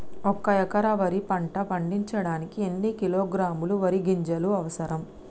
ఒక్క ఎకరా వరి పంట పండించడానికి ఎన్ని కిలోగ్రాముల వరి గింజలు అవసరం?